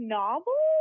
novel